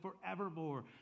forevermore